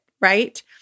right